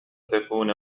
تكون